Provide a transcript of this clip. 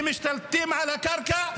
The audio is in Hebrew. שמשתלטים על הקרקע.